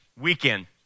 weekend